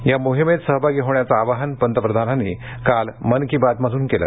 या मोहीमेत सहभागी होण्याचं आवाहन पंतप्रधानांनी काल मन की बात मधून केलं